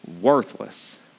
worthless